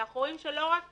אנחנו רואים שלא רק